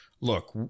look